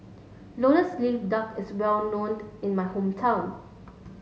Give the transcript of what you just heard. lotus leaf duck is well known in my hometown